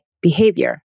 behavior